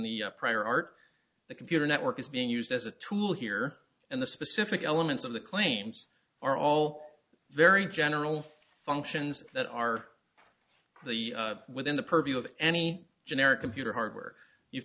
the prior art the computer network is being used as a tool here and the specific elements of the claims are all very general functions that are within the purview of any generic computer hardware you've